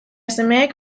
semeek